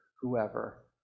whoever